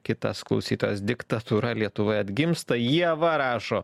kitas klausytojas diktatūra lietuvoje atgimsta ieva rašo